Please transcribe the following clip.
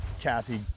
Kathy